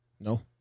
No